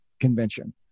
Convention